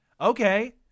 Okay